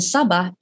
Sabah